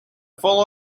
follow